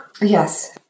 Yes